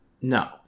No